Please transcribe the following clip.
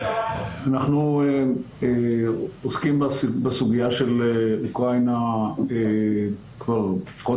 אנחנו עוסקים בסוגיה של אוקראינה לפחות